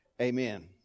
amen